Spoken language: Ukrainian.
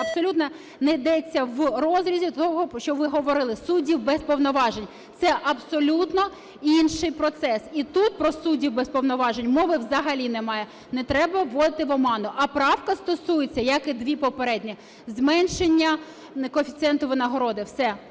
абсолютно не йдеться в розрізі того, про що ви говорили, – суддів без повноважень. Це абсолютно інший процес. І тут про суддів без повноважень мови взагалі немає, не треба вводити в оману. А правка стосується, як і дві попередні – зменшення коефіцієнта винагороди, все.